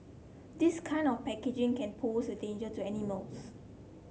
this kind of packaging can pose a danger to animals